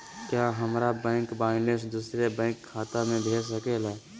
क्या हमारा bank balance दूसरे बैंक खाता में भेज सके ला?